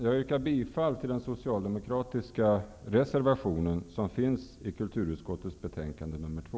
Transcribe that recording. Jag yrkar bifall till den socialdemokratiska reservationen som är fogad till kulturutskottets betänkande KrU2.